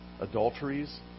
adulteries